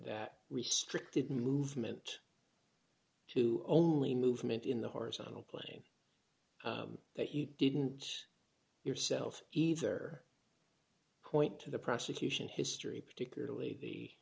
that restricted movement to only movement in the horizontal plane that you didn't yourself either point to the prosecution history particularly the